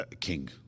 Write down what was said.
king